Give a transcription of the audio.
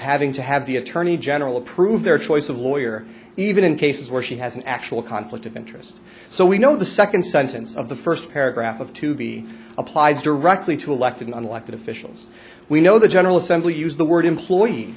having to have the attorney general approve their choice of lawyer even in cases where she has an actual conflict of interest so we know the second sentence of the first paragraph of to be applies directly to electing an elected officials we know the general assembly use the word employee